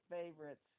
favorites